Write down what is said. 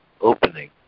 opening